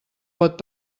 pot